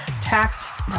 Taxed